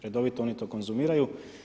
Redovito oni to konzumiraju.